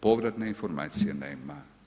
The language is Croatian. Povratne informacije nema.